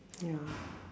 ya